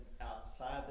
outside